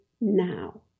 now